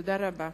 תודה רבה.